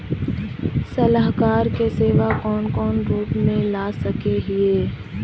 सलाहकार के सेवा कौन कौन रूप में ला सके हिये?